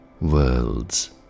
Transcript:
worlds